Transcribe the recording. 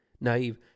Naive